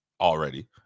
already